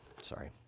sorry